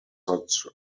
such